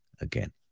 again